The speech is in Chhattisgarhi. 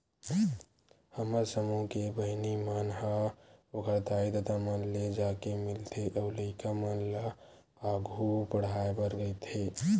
हमर समूह के बहिनी मन ह ओखर दाई ददा मन ले जाके मिलथे अउ लइका मन ल आघु पड़हाय बर कहिथे